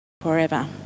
forever